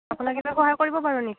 আপোনাক কিবা সহায় কৰিব পাৰোঁ নেকি